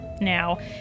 now